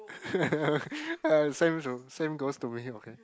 ya same go~ same goes to me okay